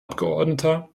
abgeordneter